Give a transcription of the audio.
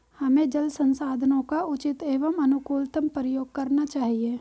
हमें जल संसाधनों का उचित एवं अनुकूलतम प्रयोग करना चाहिए